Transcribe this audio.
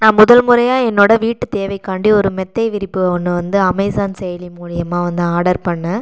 நான் முதல்முறையாக என்னோடய வீட்டு தேவைக்காண்டி ஒரு மெத்தை விரிப்பு ஒன்று வந்து அமேசான் செயலி மூலயமா வந்து ஆடர் பண்ணிணேன்